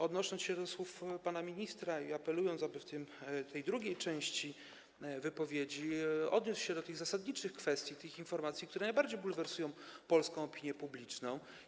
Odniosę się do słów pana ministra i zaapeluję, aby w tej drugiej części wypowiedzi odniósł się do tych zasadniczych kwestii, do tych informacji, które najbardziej bulwersują polską opinię publiczną.